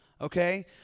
Okay